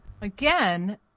Again